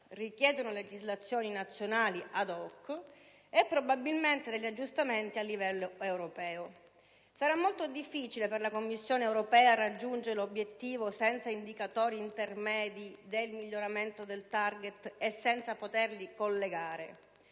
richiedono legislazioni nazionali *ad hoc* e probabilmente degli aggiustamenti a livello europeo. Sarà molto difficile per la Commissione europea raggiungere l'obiettivo senza indicatori intermedi del miglioramento del *target* e senza poterli collegare.